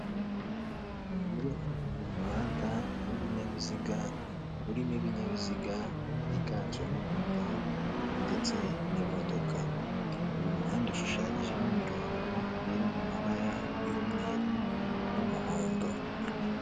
Uyu ni umuhanda w'ibinyabiziga, urimo ibinyabiziga byiganjemo moto, ndetse n'imodoka. Uyu muhanda ushushanyijemo imirongo iri mu mabara y'umweru n'umuhondo.